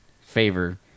favor